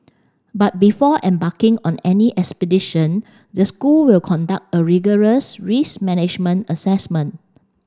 but before embarking on any expedition the school will conduct a rigorous risk management assessment